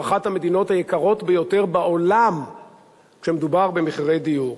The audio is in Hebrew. אנחנו אחת המדינות היקרות ביותר בעולם כשמדובר במחירי דיור.